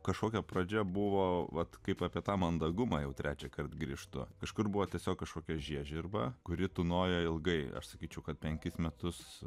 kažkokia pradžia buvo vat kaip apie tą mandagumą jau trečiąkart grįžta kažkur buvo tiesiog kažkokia žiežirba kuri tūnojo ilgai aš sakyčiau kad penkis metus